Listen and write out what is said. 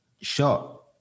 shot